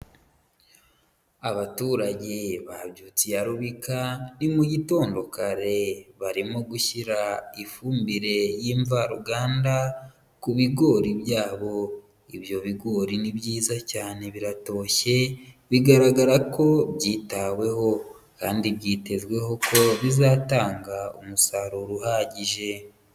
Abaturage babyutse iya rubika ni mugitondo kare barimo gushyira ifumbire y'imvaruganda ku bigori byabo, ibyo bigori ni byiza cyane biratoshye bigaragara ko byitaweho kandi byitezweho ko bizatanga umusaruro uhagije.